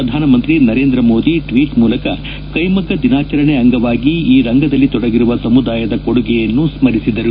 ಪ್ರಧಾನಮಂತ್ರಿ ನರೇಂದ್ರ ಮೋದಿ ಟ್ವೀಟ್ ಮೂಲಕ ಕೈಮಗ್ಗ ದಿನಾಚರಣೆ ಅಂಗವಾಗಿ ಈ ರಂಗದಲ್ಲಿ ತೊಡಗಿರುವ ಸಮುದಾಯದ ಕೊಡುಗೆಯನ್ನು ಸ್ಪರಿಸಿದರು